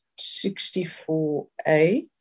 64A